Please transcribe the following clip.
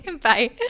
Bye